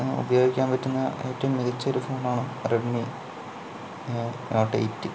ഉപയോഗിക്കാൻ പറ്റുന്ന ഏറ്റവും മികച്ച ഒരു ഫോൺ ആണ് റെഡ്മി നോട്ട് എയ്റ്റ്